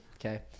Okay